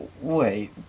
Wait